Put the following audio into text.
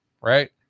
right